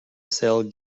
cell